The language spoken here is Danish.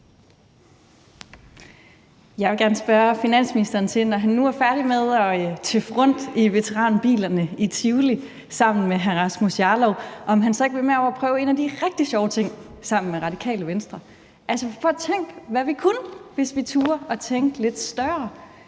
Jeg vil gerne spørge finansministeren, om han, når han nu er færdig med at tøffe rundt i veteranbilerne i Tivoli sammen med hr. Rasmus Jarlov, så ikke vil med over at prøve en af de rigtig sjove ting sammen med Radikale Venstre? For tænk, hvad vi kunne, hvis vi turde at tænke lidt større.